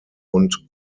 und